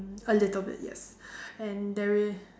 a little bit yes and there is